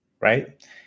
right